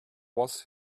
was